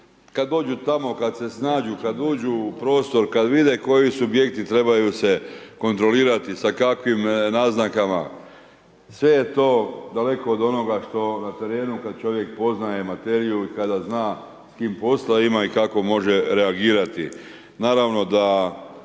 Kada dođu tamo, kada se snađu, kada uđu u prostor, kada vide koji subjekti trebaju se kontrolirati sa kakvim naznakama, sve je to daleko od onoga što na terenu kada čovjek poznaje materiju i kada zna s kim posla ima i kako može reagirati.